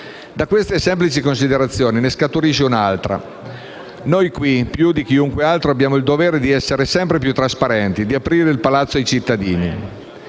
Da queste semplici considerazioni ne scaturisce un'altra: noi qui, più di chiunque altro, abbiamo il dovere di essere sempre più trasparenti, di aprire il Palazzo ai cittadini.